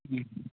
ம்